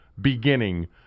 beginning